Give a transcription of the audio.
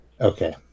Okay